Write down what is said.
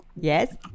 yes